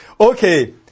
Okay